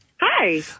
Hi